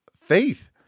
faith